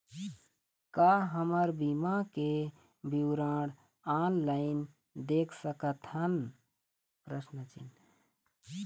का हमर बीमा के विवरण ऑनलाइन देख सकथन?